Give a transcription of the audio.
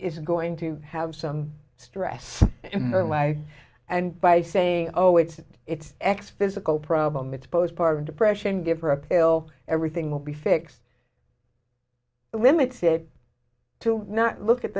s going to have some stress in her life and by saying oh it's it's x physical problem it's postpartum depression give her a pill everything will be fixed limits it to not look at